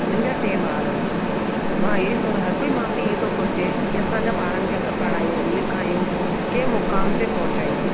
मुंहिंजा टे ॿार आहिनि मां ई सो हरिकोई माउ पीउ इहो थो सोचे की असांजा ॿारनि खे असां पढ़ायूं लिखायूं कंहिं मुक़ाम ते पहुचायूं